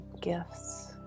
gifts